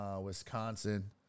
Wisconsin